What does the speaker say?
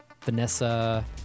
Vanessa